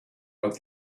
but